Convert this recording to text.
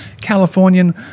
Californian